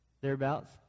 thereabouts